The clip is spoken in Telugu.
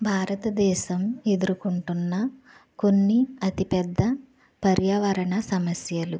భారతదేశం ఎదుర్కొంటున్న కొన్ని అతిపెద్ద పర్యావరణ సమస్యలు